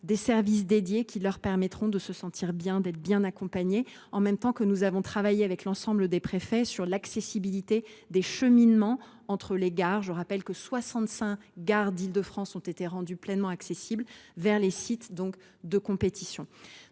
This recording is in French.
des services dédiés qui leur permettront de se sentir bien et d’être bien accompagnées, en même temps que nous avons travaillé avec l’ensemble des préfets sur l’accessibilité des cheminements entre les gares. Je rappelle que 65 gares d’Île de France ont été rendues pleinement accessibles vers les sites de compétition.